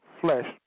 flesh